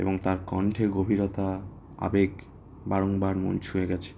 এবং তার কণ্ঠের গভীরতা আবেগ বারংবার মন ছুঁয়ে গেছে